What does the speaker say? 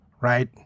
right